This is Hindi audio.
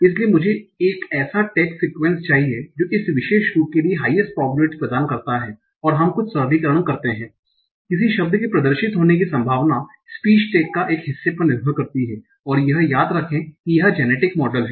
इसलिए मुझे एक ऐसा टैग सिक्यूएन्स चाहिए जो इस विशेष रूप के लिए हाइएस्ट प्रोबेबिलिटी प्रदान करता है और हम कुछ सरलीकरण करते हैं किसी शब्द के प्रदर्शित होने की संभावना स्पीच टैग का एक हिस्से पर निर्भर करती है और यह याद रखें कि यह जेनेटिक मॉडल है